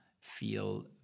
feel